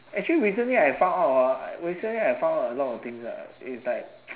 actually recently I found out hor I recently I found out a lot of things ah it's like